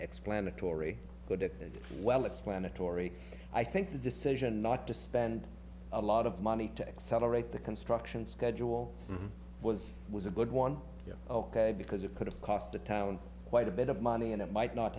explanatory but it well explanatory i think the decision not to spend a lot of money to accelerate the construction schedule was was a good one ok because it could have cost the town quite a bit of money and it might not